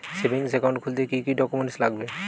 Savings account খুলতে কি কি ডকুমেন্টস লাগবে?